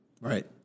Right